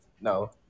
No